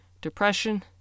depression